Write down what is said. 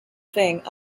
thing